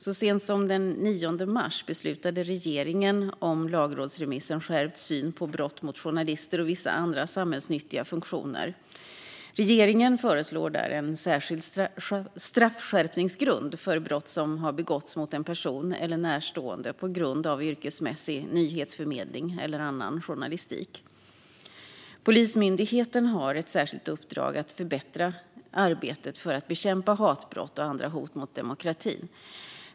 Så sent som den 9 mars beslutade regeringen om lagrådsremissen Skärpt syn på brott mot journalister och vissa andra samhällsnyttiga funktioner . Regeringen föreslår där en särskild straffskärpningsgrund för brott som har begåtts mot en person eller dennes närstående på grund av yrkesmässig nyhetsförmedling eller annan journalistik. Polismyndigheten har ett särskilt uppdrag att förbättra arbetet för att bekämpa hatbrott och andra hot mot demokratin.